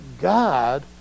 God